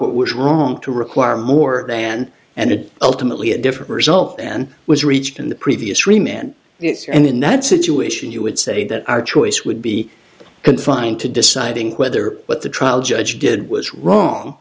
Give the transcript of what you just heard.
court was wrong to require more than and the ultimately a different result than was reached in the previous three men it's here and in that situation you would say that our choice would be confined to deciding whether what the trial judge did was wrong